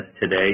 today